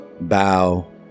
bow